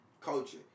culture